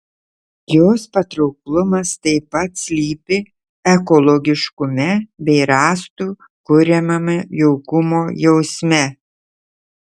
jos patrauklumas taip pat slypi ekologiškume bei rąstų kuriamame jaukumo jausme